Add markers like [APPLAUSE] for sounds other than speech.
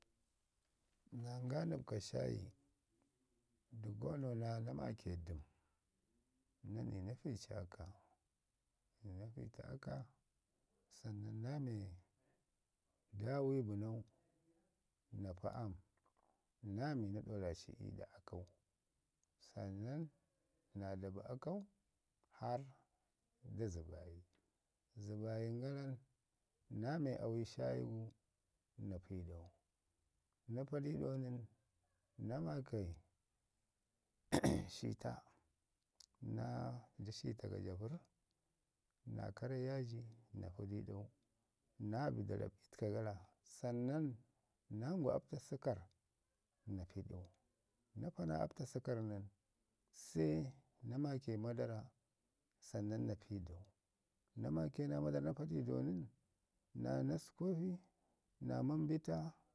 Nayan ga nəpka shaayi, dəgono naa ya no maake dəm na ni na fici aka na fitu oka, sannan na me dami bənau na pi am, naa mi na ɗaraci i ɗaakau, sannan, naa dabi akau hara da zəbayi, zəbayin garam naa mai awai shaayi guna pi ɗau, na pa di ɗau nən, namaakai [NOISE] shiita naa ciita gajabərr, naa karre yaji na pi di ɗau. Naa bi da rab'i təka gara, sannan na ngwi apta səkarr na pi ɗau, na pa naa apta səkarr nən, se na maake madarra sannan na pi dau. Na maake naa madarra na padi dau nən, naa naskopii naa bonvita,